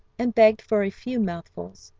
and begged for a few mouthfuls.